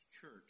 church